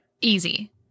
Easy